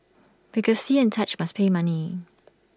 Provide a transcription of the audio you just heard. because see and touch must pay money